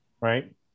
right